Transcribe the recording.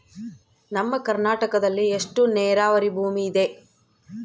ನಮ್ಮ ಕರ್ನಾಟಕದಲ್ಲಿ ಎಷ್ಟು ನೇರಾವರಿ ಭೂಮಿ ಇದೆ?